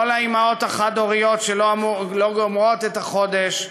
לא לאימהות החד-הוריות שלא גומרות את החודש,